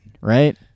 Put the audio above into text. Right